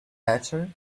better